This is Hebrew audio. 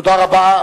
תודה רבה.